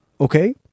okay